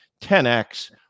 10X